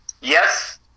Yes